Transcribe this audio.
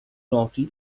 noti